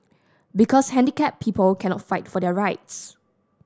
because handicapped people cannot fight for their rights